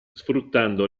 sfruttando